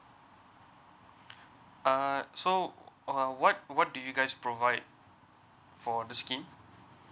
uh so uh what what do you guys provide for the scheme